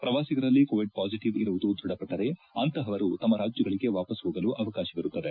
ಪ್ರವಾಸಿಗರಲ್ಲಿ Covid positive ಇರುವುದು ದ್ವಥಪಟ್ಟರೆ ಅಂತಹವರು ತಮ್ಮ ರಾಜ್ಯಗಳಿಗೆ ವಾಪಸ್ ಹೋಗಲು ಅವಕಾಶವಿರುತ್ತದೆ